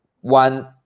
one